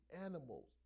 animals